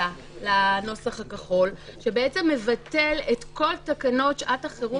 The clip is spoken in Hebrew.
39 בנוסח הכחול שמבטל את כל תקנות שעת החירום